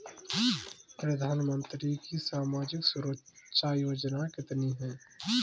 प्रधानमंत्री की सामाजिक सुरक्षा योजनाएँ कितनी हैं?